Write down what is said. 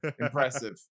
Impressive